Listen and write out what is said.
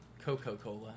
Coca-Cola